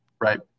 right